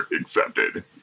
accepted